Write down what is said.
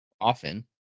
often